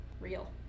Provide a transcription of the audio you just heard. Real